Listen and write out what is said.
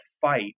fight